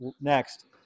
next